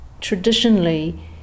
traditionally